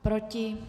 Proti?